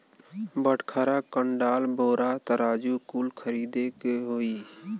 बटखरा, कंडाल, बोरा, तराजू कुल खरीदे के होई